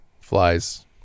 flies